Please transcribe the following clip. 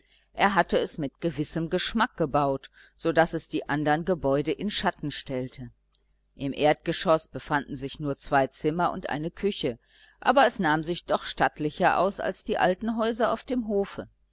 er hatte es mit gewissem geschmack gebaut so daß es die andern gebäude in schatten stellte im erdgeschoß befanden sich nur zwei zimmer und eine küche aber es nahm sich doch stattlicher aus als die alten häuser auf dem hofe